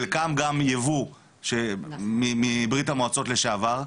חלקם גם ייבוא מברית המועצות לשעבר,